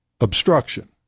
obstruction